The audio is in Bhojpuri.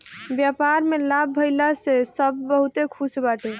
व्यापार में लाभ भइला से सब बहुते खुश बाटे